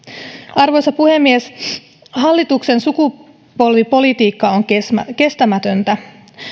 arvoisa puhemies hallituksen sukupolvipolitiikka on kestämätöntä